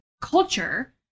culture